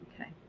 okay